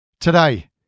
Today